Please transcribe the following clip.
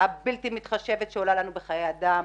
והבלתי מתחשבת שעולה לנו בחיי אדם,